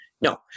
No